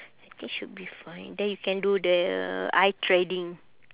I think should be fine then you can do the eye threading